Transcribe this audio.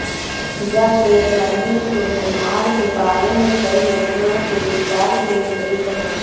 यह fiat money के निर्माण के बारे में कई लोगों के विश्वास के विपरीत है